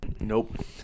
Nope